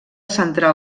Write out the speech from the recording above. centrar